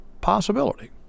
possibility